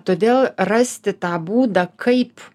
todėl rasti tą būdą kaip